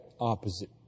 opposite